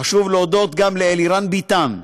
חשוב להודות גם לאלירן ביטן,